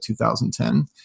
2010